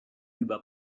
über